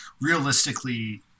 realistically